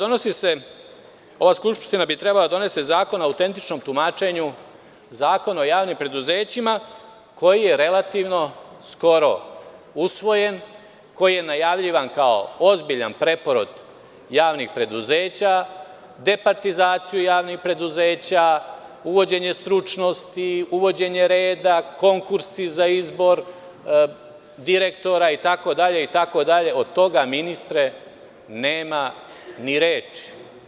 Ova Skupština bi trebala da donese zakon o autentičnom tumačenju, Zakon o javnim preduzećima koji je relativno skoro usvojen, koji je najavljivan kao ozbiljan preporod javnih preduzeća, departizaciju javnih preduzeća, uvođenje stručnosti, uvođenje reda, konkursi za izbor direktora itd. od toga ministre nema ni reči.